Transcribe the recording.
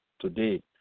Today